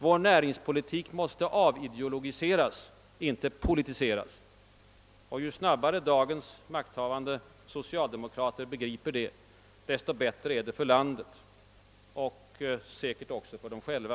Vårt näringsliv måste avideologiseras, inte politiseras. Ju snabbare dagens makthavande socialdemokrater begriper det, desto bättre är det för landet och säkert också för dem själva.